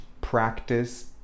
practice